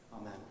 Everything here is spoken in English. Amen